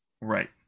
Right